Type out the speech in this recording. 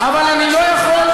אבל אני לא יכול,